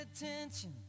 attention